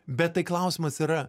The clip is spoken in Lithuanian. bet tai klausimas yra